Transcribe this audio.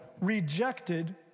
rejected